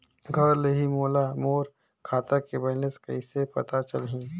घर ले ही मोला मोर खाता के बैलेंस कइसे पता चलही?